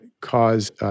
cause